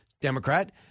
Democrat